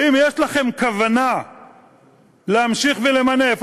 האם יש לכם כוונה להמשיך ולמנף?